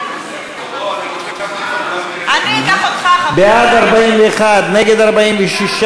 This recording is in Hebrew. ההסתייגות (10) של קבוצת סיעת המחנה הציוני,